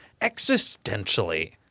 existentially